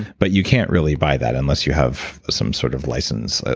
but you can't really buy that unless you have some sort of license.